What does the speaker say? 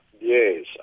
yes